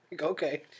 Okay